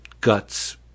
Guts